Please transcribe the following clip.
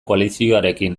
koalizioarekin